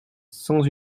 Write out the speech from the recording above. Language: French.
sans